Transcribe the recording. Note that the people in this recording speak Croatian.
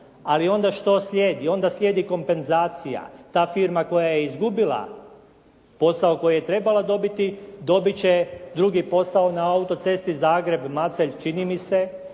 Ali onda što slijedi? Onda slijedi kompenzacija, ta firma koja je izgubila posao koji je trebala dobiti dobit će drugi posao na autocesti Zagreb-Macelj, čini mi se